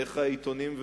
איך העיתונים,